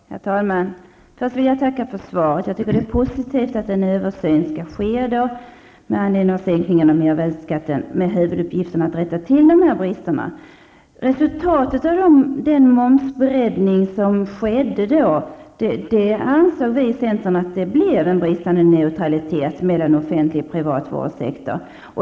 Herr talman! Först vill jag tacka för svaret. Jag tycker att det är positivt att en översyn skall ske med anledning av sänkningen av mervärdeskatten, med huvuduppgiften för utredningen att rätta till bristerna. Resultatet av den momsbreddning som skedde ansåg vi i centern blev en bristande neutralitet mellan offentlig och privat vårdsektor.